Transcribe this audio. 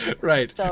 Right